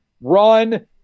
Run